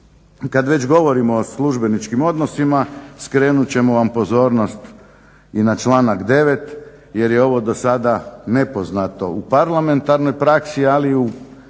Kad već govorimo o službeničkim odnosima skrenut ćemo vam pozornost i na članak 9. jer je ovo dosada nepoznato u parlamentarnoj praksi, ali i u